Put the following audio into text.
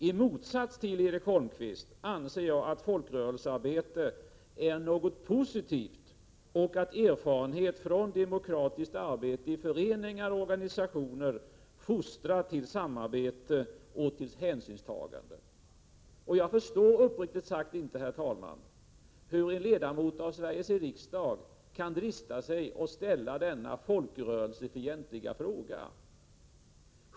I motsats till Erik Holmkvist anser jag att folkrörelsearbete är något positivt och att erfarenhet från demokratiskt arbete i föreningar och organisationer fostrar till samarbete och hänsynstagande. Jag förstår uppriktigt sagt inte, herr talman, hur en ledamot av Sveriges riksdag kan drista sig att ställa denna folkrörelsefientliga fråga.